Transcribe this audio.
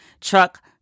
truck